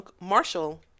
Marshall